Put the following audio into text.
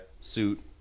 suit